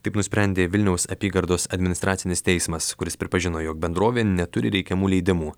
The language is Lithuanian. taip nusprendė vilniaus apygardos administracinis teismas kuris pripažino jog bendrovė neturi reikiamų leidimų